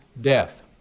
death